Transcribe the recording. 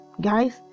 guys